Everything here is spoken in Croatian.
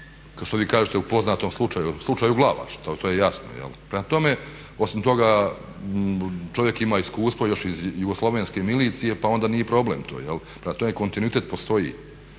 kao što vi kažete u poznatom slučaju, slučaju Glavaš, dobro to je jasno. Prema tome, osim toga čovjek ima iskustvo još iz Jugoslavenske milicije pa onda nije problem to. Prema tome, kontinuitet postoji.